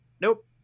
nope